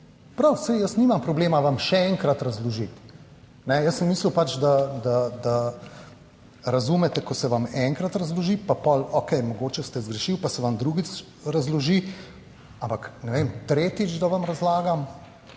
prav, saj jaz nimam problema vam še enkrat razložiti. Jaz sem mislil pač, da razumete, ko se vam enkrat razloži, pa pol, okej, mogoče ste zgrešili, pa se vam drugič razloži, ampak ne vem, tretjič, da vam razlagam